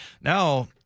now